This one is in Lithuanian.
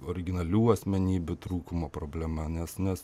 originalių asmenybių trūkumo problema nes nes